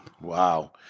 wow